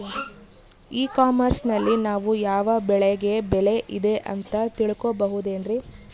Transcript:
E commerce ನಲ್ಲಿ ನಾವು ಯಾವ ಬೆಳೆಗೆ ಬೆಲೆ ಇದೆ ಅಂತ ತಿಳ್ಕೋ ಬಹುದೇನ್ರಿ?